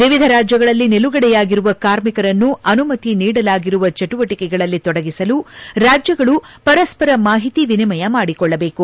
ವಿವಿಧ ರಾಜ್ಯಗಳಲ್ಲಿ ನಿಲುಗಡೆಯಾಗಿರುವ ಕಾರ್ಮಿಕರನ್ನು ಅನುಮತಿ ನೀಡಲಾಗಿರುವ ಚಟುವಟಕೆಗಳಲ್ಲಿ ತೊಡಗಿಸಲು ರಾಜ್ಯಗಳು ಪರಸ್ಪರ ಮಾಹಿತಿ ವಿನಿಮಯ ಮಾಡಿಕೊಳ್ಳಬೇಕು